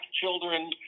children